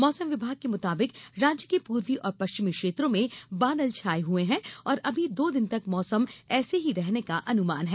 मौसम विभाग के मुताबिक राज्य के पूर्वी और पश्चिमी क्षेत्रों में बादल छाये हुए हैं और अभी दो दिन तक मौसम ऐसे ही रहने का अनुमान है